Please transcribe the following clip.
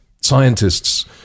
scientists